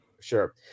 Sure